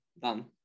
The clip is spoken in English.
done